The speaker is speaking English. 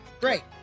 Great